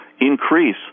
increase